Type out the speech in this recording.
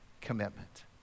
commitment